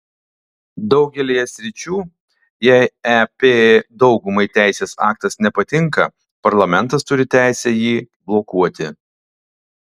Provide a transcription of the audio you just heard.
daugelyje sričių jei ep daugumai teisės aktas nepatinka parlamentas turi teisę jį blokuoti